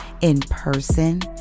in-person